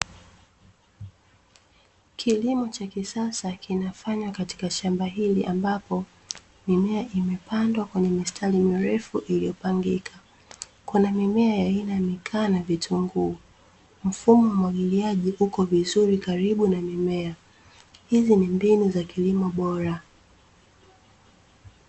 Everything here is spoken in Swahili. Kilimo cha kisasa kinafanywa katika shamba hili ambapo mimea imepandwa kwenye mistari mirefu iliyopangika. Kuna mimea ya aina ya mikaa na vitunguu. Mfumo wa umwagiliaji uko vizuri karibu na mimea. Hizi ni mbinu za kilimo bora.